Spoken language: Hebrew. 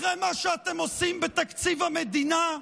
אחרי מה שאתם עושים בתקציב המדינה?